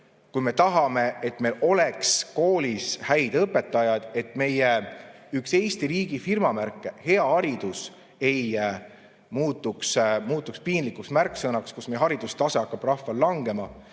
kui me tahame, et meil oleks koolis häid õpetajaid, et üks Eesti riigi firmamärke – hea haridus – ei muutu piinlikuks märksõnaks, et meie rahva haridustase hakkab langema.